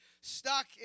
stuck